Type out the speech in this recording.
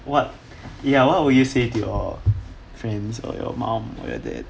what ya what would you say to your friend or your mum or your dad